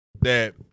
that-